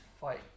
fight